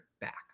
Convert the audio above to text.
back